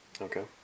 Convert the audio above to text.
Okay